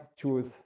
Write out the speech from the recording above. choose